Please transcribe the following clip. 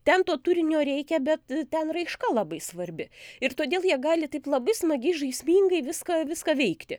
ten to turinio reikia bet ten raiška labai svarbi ir todėl jie gali taip labai smagiai žaismingai viską viską veikti